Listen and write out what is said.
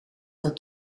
dat